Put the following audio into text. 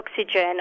oxygen